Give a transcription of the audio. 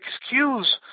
excuse